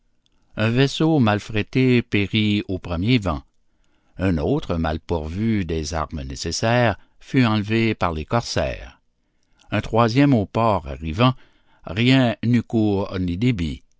un vaisseau mal frété périt au premier vent un autre mal pourvu des armes nécessaires fut enlevé par les corsaires un troisième au port arrivant rien n'eut